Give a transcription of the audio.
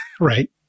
right